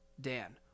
Dan